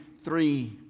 three